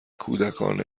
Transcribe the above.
کودکان